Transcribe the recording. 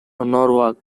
norwalk